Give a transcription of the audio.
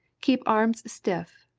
keep arms stiff.